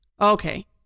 Okay